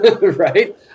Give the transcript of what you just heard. right